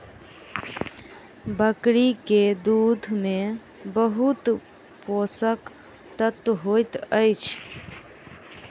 बकरी के दूध में बहुत पोषक तत्व होइत अछि